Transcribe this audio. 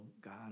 God